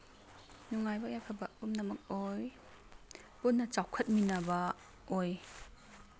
ꯅꯨꯡꯉꯥꯏꯕ ꯌꯥꯏꯐꯕ ꯄꯨꯝꯅꯃꯛ ꯑꯣꯏ ꯄꯨꯟꯅ ꯆꯥꯎꯈꯠꯃꯤꯟꯅꯕ ꯑꯣꯏ